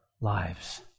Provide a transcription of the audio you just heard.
lives